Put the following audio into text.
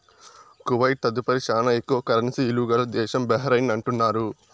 Kuwait తదుపరి శానా ఎక్కువ కరెన్సీ ఇలువ గల దేశం బహ్రెయిన్ అంటున్నారు